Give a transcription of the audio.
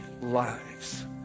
lives